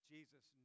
Jesus